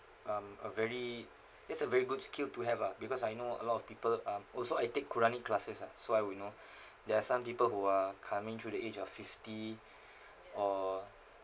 um a very that's a very good skill to have ah because I know a lot of people um also I take quranic classes ah so I would know there are some people who are coming through the age of fifty or